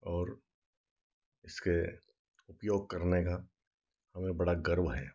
और इसके उपयोग करने में हमें बड़ा गर्व है